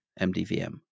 MDVM